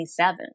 27